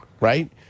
right